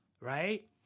right